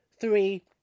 three